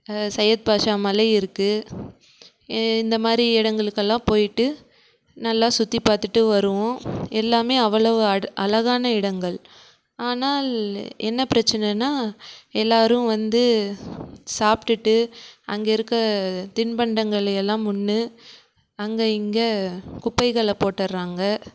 செய்யத் பாஷா மலை இருக்குது இந்த மாதிரி இடங்களுக்கு எல்லாம் போய்விட்டு நல்லா சுற்றி பார்த்துட்டு வருவோம் எல்லாமே அவ்வளவு அழகான இடங்கள் ஆனால் என்ன பிரச்சனனால் எல்லோரும் வந்து சாப்பிட்டுட்டு அங்கே இருக்கற தின்பண்டங்களை எல்லாம் உண்டு அங்கே இங்கே குப்பைகளை போட்டுடுறாங்க